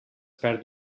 perd